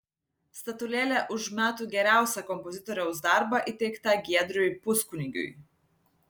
statulėlė už metų geriausią kompozitoriaus darbą įteikta giedriui puskunigiui